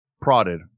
prodded